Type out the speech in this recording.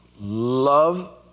love